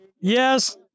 Yes